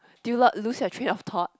do you lo~ lose your train of thought